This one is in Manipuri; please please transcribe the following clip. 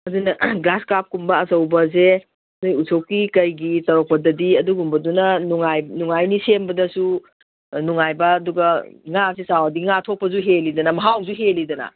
ꯑꯗꯨꯅ ꯒ꯭ꯔꯥꯁꯀꯥꯞ ꯑꯆꯧꯕꯁꯦ ꯅꯣꯏ ꯎꯁꯣꯞꯀꯤ ꯀꯩꯒꯤ ꯇꯧꯔꯛꯄꯗꯗꯤ ꯑꯗꯨꯒꯨꯝꯕꯗꯨꯅ ꯅꯨꯡꯉꯥꯏ ꯅꯨꯡꯉꯥꯏꯅꯤ ꯁꯦꯝꯕꯗꯁꯨ ꯅꯨꯡꯉꯥꯏꯕ ꯑꯗꯨꯒ ꯉꯥꯁꯦ ꯆꯥꯎꯔꯗꯤ ꯉꯥ ꯊꯣꯛꯄꯁꯨ ꯍꯦꯜꯂꯤꯗꯅ ꯃꯍꯥꯎꯁꯨ ꯍꯦꯜꯂꯤꯗꯅ